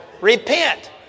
Repent